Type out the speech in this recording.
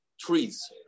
trees